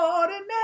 ordinary